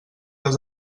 les